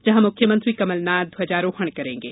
जहां मुख्यमंत्री कमल नाथ ध्वजारोहण करेंगे